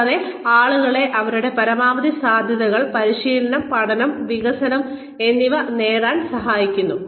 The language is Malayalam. കൂടാതെ ആളുകളെ അവരുടെ പരമാവധി സാധ്യതകൾ പരിശീലനം പഠനം വികസനം എന്നിവ നേടാൻ സഹായിക്കുന്നു